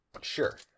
Sure